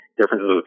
differences